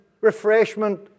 refreshment